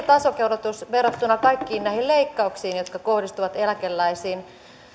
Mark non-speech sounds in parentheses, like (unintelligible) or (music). (unintelligible) tasokorotus verrattuna kaikkiin näihin leikkauksiin jotka kohdistuvat eläkeläisiin